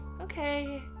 Okay